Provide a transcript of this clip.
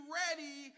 ready